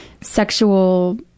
sexual